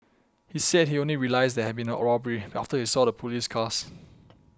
he said he only realised there had been a robbery after he saw the police cars